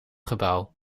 gebouw